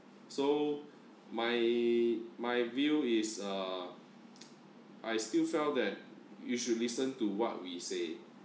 so my my view is uh I still felt that you should listen to what we say